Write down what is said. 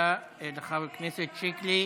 תודה לחבר הכנסת שיקלי.